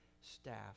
staff